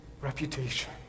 reputation